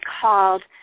called